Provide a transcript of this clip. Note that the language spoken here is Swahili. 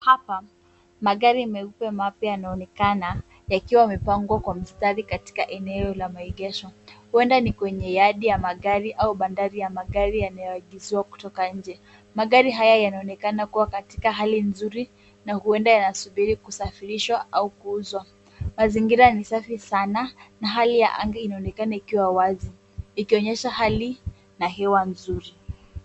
Hapa magari meupe mapya yanaonekana yakiwa mipango kwa mistari katika eneo la maegesho. Huenda ni kwenye yadi ya magari au bandari ya magari yanayoagizwa kutoka nje. Magari haya yanaonekana kuwa katika hali nzuri na huenda yanasubiri kusafirishwa au kuuzwa. Mazingira ni safi sana, na hali ya anga inaonekana ikiwa wazi. Ikionyesha hali na hewa nzuri.